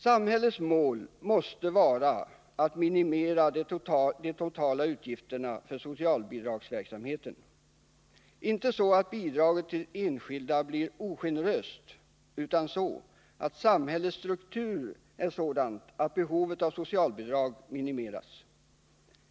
Samhällets mål måste vara att minimera de totala utgifterna för socialbidragsverksamheten — inte så att bidragen till enskilda blir ogenerösa, utan så att samhällets struktur blir sådan att behovet av socialbidrag minimeras.